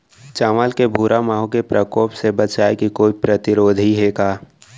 चांवल के भूरा माहो के प्रकोप से बचाये के कोई प्रतिरोधी हे का?